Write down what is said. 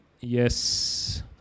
Yes